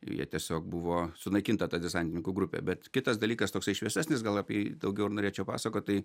jie tiesiog buvo sunaikinta ta desantininkų grupė bet kitas dalykas toksai šviesesnis gal apie jį daugiau ir norėčiau pasakot tai